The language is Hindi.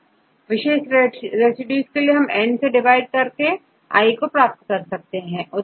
किसी विशेष रेसिड्यू के लिए आप इसेN से डिवाइड कर I प्राप्त कर सकते हैं